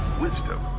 wisdom